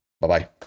Bye-bye